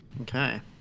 okay